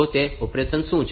તો તે ઓપરેશન શું છે